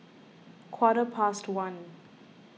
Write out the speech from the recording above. quarter past one